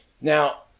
Now